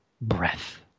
breath